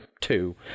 two